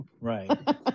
right